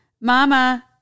mama